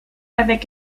avec